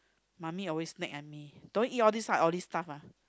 mummy always nag at me don't eat all these type all these stuff ah